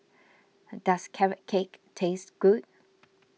does Carrot Cake taste good